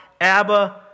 Abba